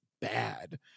bad